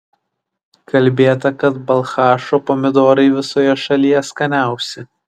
kalbėta kad balchašo pomidorai visoje šalyje skaniausi